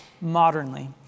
modernly